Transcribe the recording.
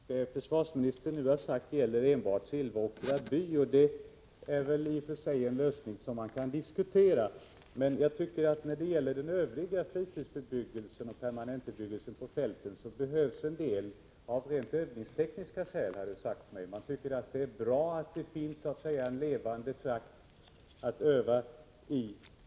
Herr talman! Det försvarsministern nu har sagt gäller enbart Silvåkra by. Det är i och för sig en lösning som kan diskuteras. Men när det gäller den övriga fritidsbebyggelsen och permanentbebyggelsen på fältet anser jag att en del av den behövs av rent övningstekniska skäl, som det har sagts mig — man tycker att det är bra att det finns en levande trakt att öva i.